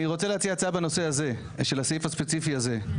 אני רוצה להציע הצעה בנושא הזה של הסעיף הספציפי הזה.